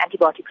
antibiotic